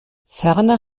ferner